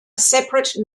separate